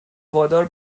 وادار